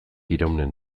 iraunen